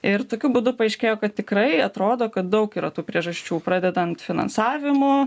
ir tokiu būdu paaiškėjo kad tikrai atrodo kad daug yra tų priežasčių pradedant finansavimu